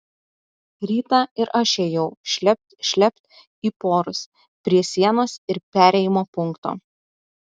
rytą ir aš ėjau šlept šlept į porus prie sienos ir perėjimo punkto